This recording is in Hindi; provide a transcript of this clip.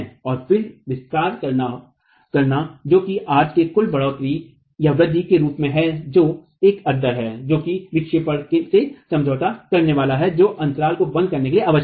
और फिर विस्तार करना जो कि आर्क के कुल बढ़ोतरीउदय के रूप में है जो एक अंतर है जो कि विक्षेपण से समझौता करने वाला है जो अंतराल को बंद करने के लिए आवश्यक है